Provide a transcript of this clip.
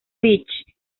beach